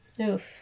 Oof